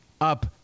Up